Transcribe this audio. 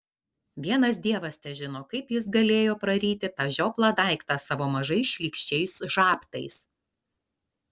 vienas dievas težino kaip jis galėjo praryti tą žioplą daiktą savo mažais šlykščiais žabtais